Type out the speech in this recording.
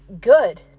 good